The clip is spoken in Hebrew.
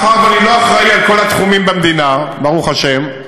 מאחר שאני לא אחראי לכל התחומים במדינה, ברוך השם,